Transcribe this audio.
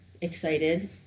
excited